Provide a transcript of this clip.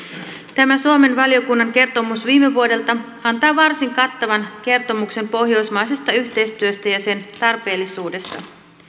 tämä suomen valiokunnan kertomus viime vuodelta antaa varsin kattavan kertomuksen pohjoismaisesta yhteistyöstä ja sen tarpeellisuudesta